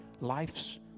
life's